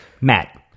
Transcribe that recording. Matt